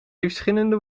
verschillende